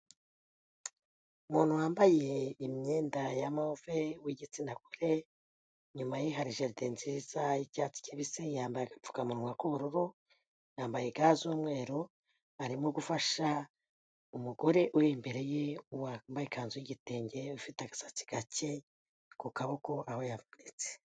Umuntu wambaye imyenda ya move w'igitsina gore, inyuma ye hari jaride nziza y'icyatsi kibisi, yambaye agapfukamunwa k'ubururu, yambaye ga z'umweru arimo gufasha umugore uri imbere ye wambaye ikanzu y'igitenge, ufite agasatsi gake ku kaboko aho yavunitse.